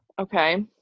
okay